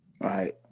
Right